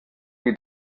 wie